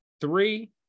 three